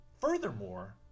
Furthermore